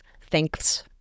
Thanks